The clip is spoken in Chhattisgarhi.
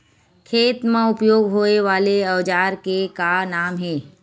खेत मा उपयोग होए वाले औजार के का नाम हे?